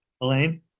Elaine